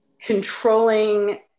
controlling